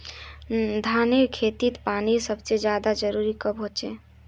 धानेर खेतीत पानीर सबसे ज्यादा जरुरी कब होचे?